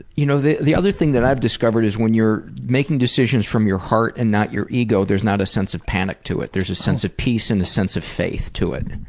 you know the the other thing that i've discovered is when you're making decisions from your heart and not your ego, there's not a sense of panic to it. there's a sense of peace and a sense of faith to it.